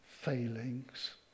failings